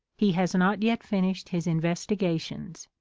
he has not yet finished his investigations.